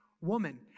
woman